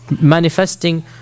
manifesting